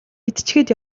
идчихээд